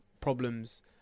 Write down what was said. problems